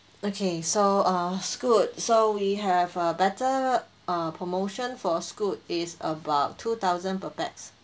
okay so err Scoot so we have a better err promotion for Scoot is about two thousand per pax